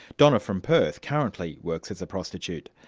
donna from perth currently works as a prostitute.